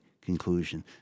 conclusion